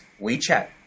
WeChat